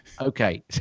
Okay